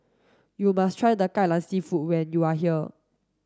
you must try kai lan seafood when you are here